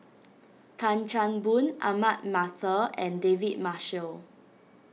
Tan Chan Boon Ahmad Mattar and David Marshall